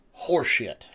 Horseshit